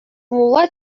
мулла